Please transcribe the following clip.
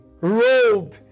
robe